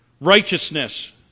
Righteousness